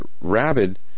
rabid